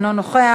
אינו נוכח,